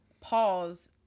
pause